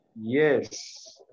Yes